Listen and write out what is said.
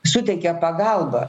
suteikia pagalbą